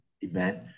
event